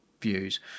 views